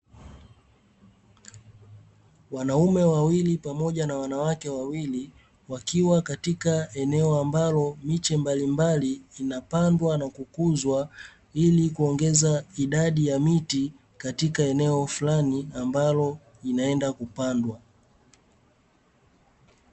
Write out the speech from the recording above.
Wanaume wawili pamoja na wanawake wawili, wakiwa katika eneo ambalo miche mbalimbali inapandwa na kukuzwa ili kuongeza idadi ya miti katika eneo fulani ambalo inaenda kupandwa.